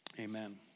amen